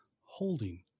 holding